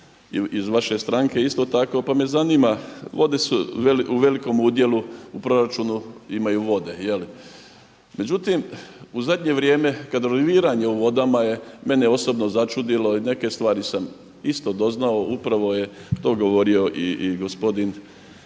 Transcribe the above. iz vaše stranke isto tako pa me zanima, vode su u velikom udjelu u proračunu, imaju vode. Međutim, u zadnje vrijeme kada …/Govornik se ne razumije./… u vodama je mene osobno začudilo i neke stvari sam isto doznao, upravo je to govorio i gospodin